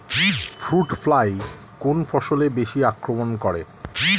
Fruit fly কোন ফসলে বেশি আক্রমন করে?